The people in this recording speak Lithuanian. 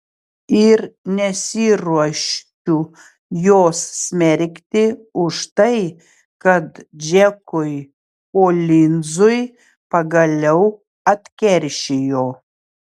ir nesiruošiu jos smerkti už tai kad džekui kolinzui pagaliau atkeršijo